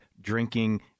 drinking